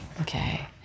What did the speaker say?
Okay